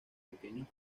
pequeños